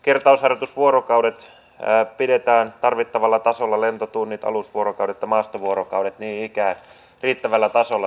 kertausharjoitusvuorokaudet pidetään tarvittavalla tasolla lentotunnit alusvuorokaudet ja maastovuorokaudet niin ikään riittävällä tasolla